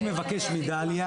אני מבקש מדליה